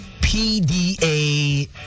PDA